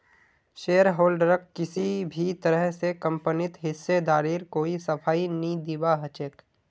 शेयरहोल्डरक किसी भी तरह स कम्पनीत हिस्सेदारीर कोई सफाई नी दीबा ह छेक